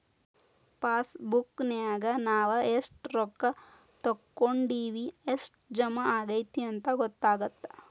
ಪಾಸಬುಕ್ನ್ಯಾಗ ನಾವ ಎಷ್ಟ ರೊಕ್ಕಾ ತೊಕ್ಕೊಂಡಿವಿ ಎಷ್ಟ್ ಜಮಾ ಆಗೈತಿ ಅಂತ ಗೊತ್ತಾಗತ್ತ